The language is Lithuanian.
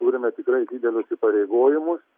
turime tikrai didelius įpareigojimus